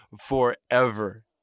forever